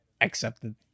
accepted